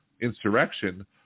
insurrection